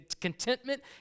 contentment